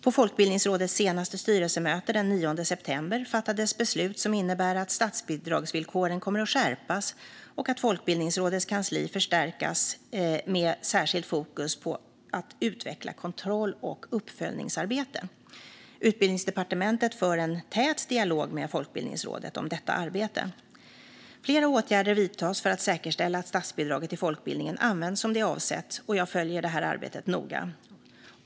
På Folkbildningsrådets senaste styrelsemöte den 9 september fattades beslut som innebär att statsbidragsvillkoren kommer att skärpas och Folkbildningsrådets kansli förstärkas med särskilt fokus på att utveckla kontroll och uppföljningsarbete. Utbildningsdepartementet för en tät dialog med Folkbildningsrådet om detta arbete. Flera åtgärder vidtas för att säkerställa att statsbidraget till folkbildningen används som det är avsett. Jag följer det här arbetet noga.